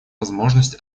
возможность